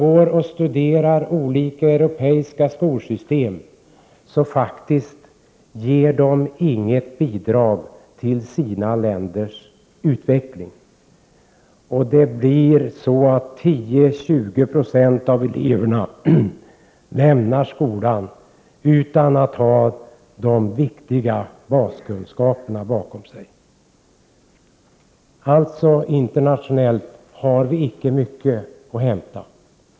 När man studerar olika europeiska skolsystem, finner man att de faktiskt inte ger något bidrag till sina länders utveckling. 10-20 Z£ av eleverna lämnar skolan utan att ha de viktiga baskunskaperna bakom sig. Internationellt har vi alltså icke mycket att hämta.